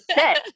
sit